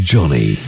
Johnny